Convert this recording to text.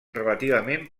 relativament